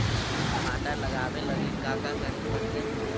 टमाटर लगावे लगी का का करये पड़तै?